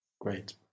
Great